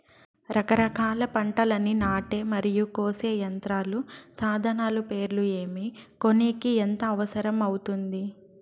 రకరకాల పంటలని నాటే మరియు కోసే యంత్రాలు, సాధనాలు పేర్లు ఏమి, కొనేకి ఎంత అవసరం అవుతుంది?